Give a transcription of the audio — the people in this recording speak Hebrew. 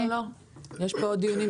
לא, לא, יש פה עוד דיונים.